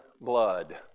blood